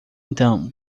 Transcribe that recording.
então